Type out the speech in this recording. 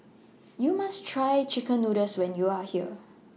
YOU must Try Chicken Noodles when YOU Are here